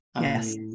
Yes